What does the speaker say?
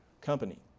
company